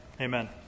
amen